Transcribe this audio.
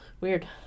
Weird